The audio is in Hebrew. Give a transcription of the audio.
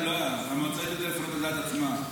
לא היה, המועצה החליטה לפנות על דעת עצמה.